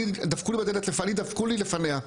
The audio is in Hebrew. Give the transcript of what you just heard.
דפקו לי בדלת, לי דפקו לפניה.